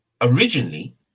originally